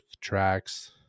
tracks